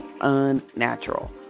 unnatural